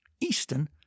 Easton